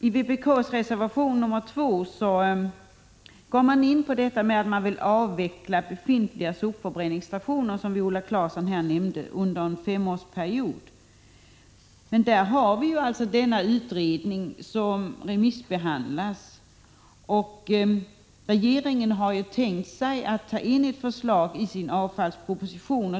I vpk:s reservation 2 är man inne på tanken att avveckla befintliga sopförbränningsstationer, som Viola Claesson här nämnde, under en femårsperiod. Där har vi alltså en utredning som nu remissbehandlas. Regeringen har tänkt sig att ta in ett förslag i sin avfallsproposition.